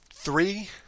Three